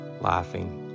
Laughing